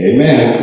Amen